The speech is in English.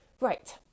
right